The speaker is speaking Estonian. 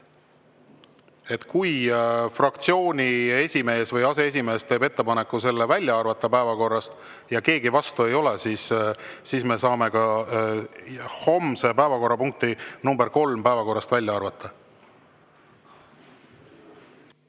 kui fraktsiooni esimees või aseesimees teeb ettepaneku selle välja arvata päevakorrast ja keegi vastu ei ole, siis me saame ka homse päevakorrapunkti number kolm päevakorrast välja arvata. Jaa,